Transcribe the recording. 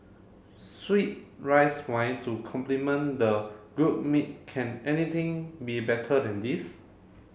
sweet rice wine to complement the grilled meat can anything be better than this